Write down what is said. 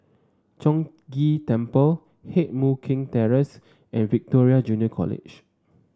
Chong Ghee Temple Heng Mui Keng Terrace and Victoria Junior College